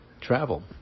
travel